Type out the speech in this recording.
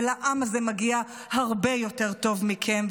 ולעם הזה מגיע הרבה יותר טוב מכם.